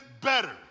better